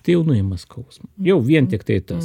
tai jau nuima skausmą jau vien tiktai tas